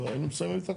היינו מסיימים את הכל.